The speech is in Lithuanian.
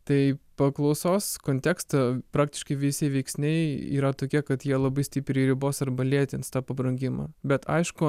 tai paklausos kontekste praktiškai visi veiksniai yra tokie kad jie labai stipriai ribos arba lėtins tą pabrangimą bet aišku